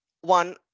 one